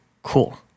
Cool